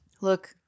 Look